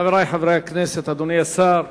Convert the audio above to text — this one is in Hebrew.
חברי חברי הכנסת, אדוני השר,